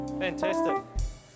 Fantastic